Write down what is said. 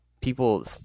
people